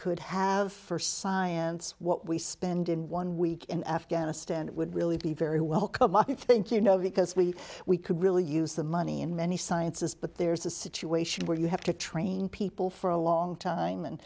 could have for science what we spend in one week in afghanistan would really be very welcome i think you know because we we could really use the money in many sciences but there's a situation where you have to train people for a long time